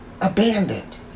abandoned